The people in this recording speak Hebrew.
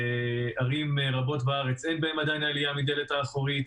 בערים רבות בארץ אין עדיין עלייה מהדלת האחורית,